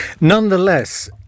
Nonetheless